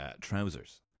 trousers